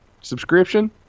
subscription